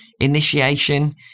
initiation